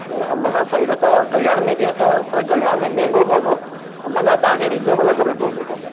त अंबरनाथ साइड अथव कल्याण में बि अथव पर कल्याण में महांगो पवंदो अंबरनाथ तव्हांखे रीज़नेबल अघु में पवंदो अथव